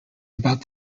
about